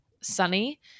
sunny